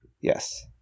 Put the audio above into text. Yes